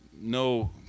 no